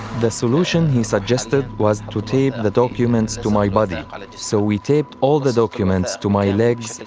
the solution he suggested was to tape the documents to my body, so we taped all the documents to my legs,